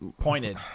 pointed